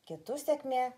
kitų sėkmė